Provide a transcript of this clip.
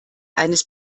eines